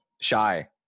shy